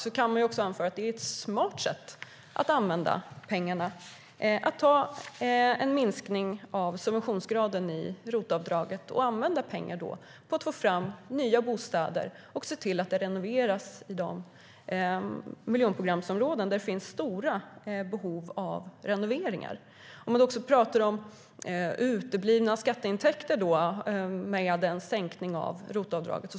Man kan anta att det är ett smart sätt att använda pengarna att minska subventionsgraden i ROT-avdraget och använda de pengarna för att få fram nya bostäder och se till att det renoveras i de miljonprogramsområden där det finns stora behov av renoveringar. Man pratar om uteblivna skatteintäkter genom en sänkning av ROT-avdraget.